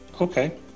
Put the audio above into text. Okay